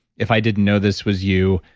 if i didn't know this was you,